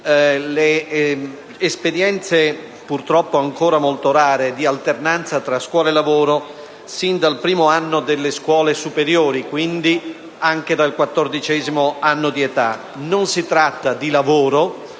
le esperienze, purtroppo ancora molto rare, di alternanza tra scuola e lavoro sin dal primo anno delle scuole superiori, e quindi anche dal quattordicesimo anno di età. Non si tratta di rapporto